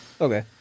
Okay